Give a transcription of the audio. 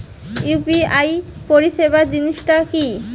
UPI পরিসেবা জিনিসটা কি?